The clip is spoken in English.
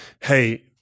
hey